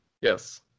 yes